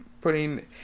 putting